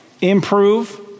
improve